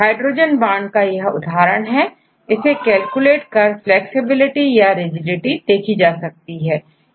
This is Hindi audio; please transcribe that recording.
हाइड्रोजन बांड का यह उदाहरण है इसे कैलकुलेट कर फ्लैक्सिबिलिटी या rigidity देखी जा सकती है